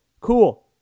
Cool